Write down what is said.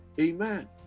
Amen